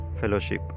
fellowship